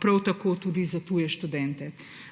prav tako tudi za tuje študente.